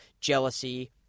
jealousy